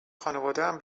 خانوادهام